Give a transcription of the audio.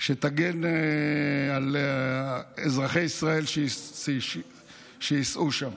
שתגן על אזרחי ישראל שייסעו שם.